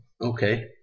okay